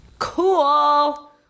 cool